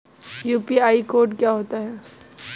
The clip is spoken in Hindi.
यू.पी.आई कोड क्या होता है?